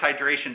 hydration